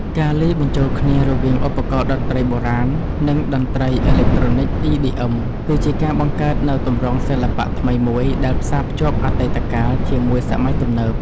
ការលាយបញ្ចូលគ្នារវាងឧបករណ៍តន្ត្រីបុរាណ និងតន្ត្រីអេឡិចត្រូនិក EDM គឺជាការបង្កើតនូវទម្រង់សិល្បៈថ្មីមួយដែលផ្សារភ្ជាប់អតីតកាលជាមួយសម័យទំនើប។